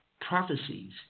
prophecies